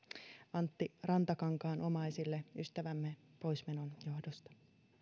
antti rantakankaan omaisille ystävämme poismenon johdosta